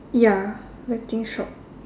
ya betting shop